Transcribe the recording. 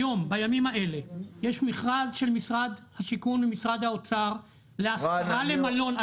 היום בימים האלה יש מכרז של משרד השיכון ומשרד האוצר להסדרה למלון,